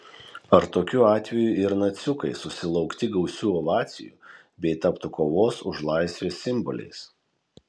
ar tokiu atveju ir naciukai susilaukti gausių ovacijų bei taptų kovos už laisvę simboliais